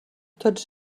tots